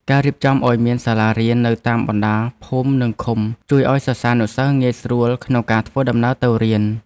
ការរៀបចំឱ្យមានសាលារៀននៅតាមបណ្តាភូមិនិងឃុំជួយឱ្យសិស្សានុសិស្សងាយស្រួលក្នុងការធ្វើដំណើរទៅរៀន។